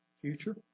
Future